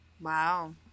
Wow